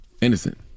innocent